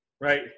right